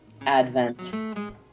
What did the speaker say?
Advent